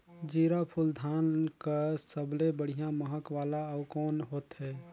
जीराफुल धान कस सबले बढ़िया महक वाला अउ कोन होथै?